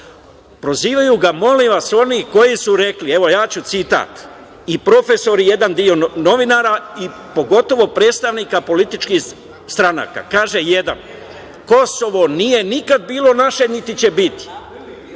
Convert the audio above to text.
prozivaju ga oni koji su rekli, evo, ja ću citat, i profesori i jedan deo novinara, a pogotovo predstavnici političkih stranaka, kaže – Kosovo nije nikada bilo naše, niti će biti.